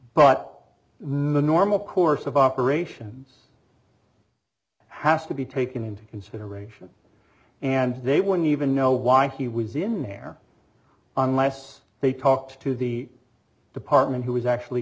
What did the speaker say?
in the normal course of operation has to be taken into consideration and they wouldn't even know why he was in there unless they talked to the department who was actually